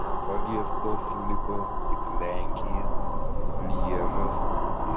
nepaliestos liko tik lenkija lježas